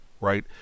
right